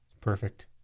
Perfect